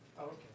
Okay